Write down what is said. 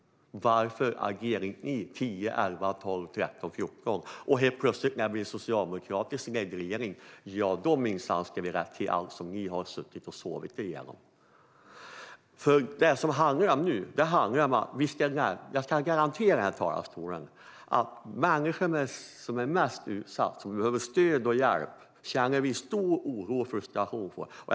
Varför agerade inte ni under de år ni hade regeringsmakten? När det sedan blir socialdemokratiskt ledd regering förväntas vi helt plötsligt rätta till allt det som ni har sovit er igenom. De människor som är mest utsatta och behöver stöd och hjälp känner vi stor oro och frustration för.